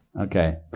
Okay